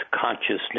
consciousness